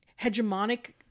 hegemonic